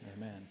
Amen